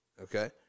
Okay